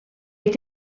est